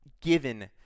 given